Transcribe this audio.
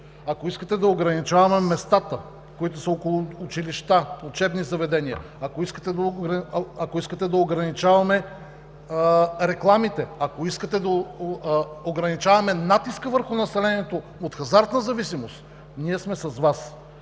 Ако искате да ограничаваме местата, които са около училища, учебни заведения, ако искате да ограничаваме рекламите, да ограничаваме натиска върху населението от хазартна зависимост, ние сме с Вас.